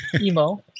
emo